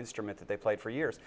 instrument that they play for years